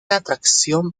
atracción